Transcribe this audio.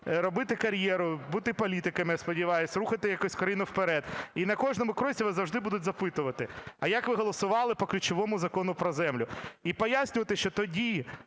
робити кар'єру, бути політиками, я сподіваюсь, рухати якось країну вперед. І на кожному кроці вас завжди будуть запитувати: а як ви голосували по ключовому Закону про землю? І пояснювати, що тоді,